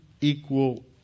equal